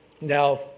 Now